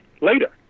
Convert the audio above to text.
later